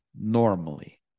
normally